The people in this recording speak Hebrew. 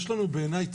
יש לנו צורך